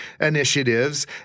initiatives